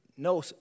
No